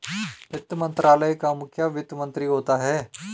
वित्त मंत्रालय का मुखिया वित्त मंत्री होता है